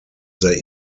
they